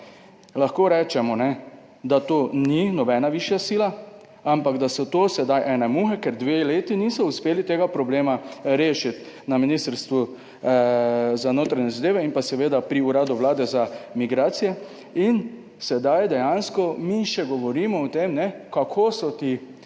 lahko rečemo ne, da to ni nobena višja sila, ampak da so to sedaj ene muhe, ker dve leti niso uspeli tega problema rešiti na Ministrstvu za notranje zadeve in pa seveda pri Uradu vlade za migracije. In sedaj dejansko mi še govorimo o tem kako so ti,